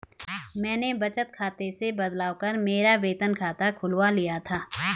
मैंने बचत खाते से बदलवा कर मेरा वेतन खाता खुलवा लिया था